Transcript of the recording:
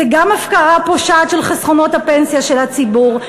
זה גם הפקרה פושעת של חסכונות הפנסיה של הציבור.